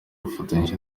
bafatanyije